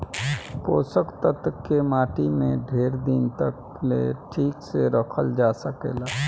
पोषक तत्व के माटी में ढेर दिन तक ले ठीक से रखल जा सकेला